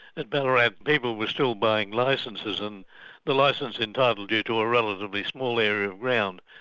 at ballarat people were still buying licences and the licence entitled to a relatively small area of ground,